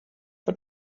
for